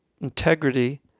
integrity